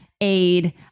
aid